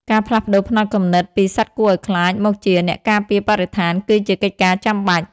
ការផ្លាស់ប្តូរផ្នត់គំនិតពី "សត្វគួរឱ្យខ្លាច" មកជា "អ្នកការពារបរិស្ថាន" គឺជាកិច្ចការចាំបាច់។